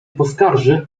poskarży